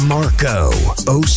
Marco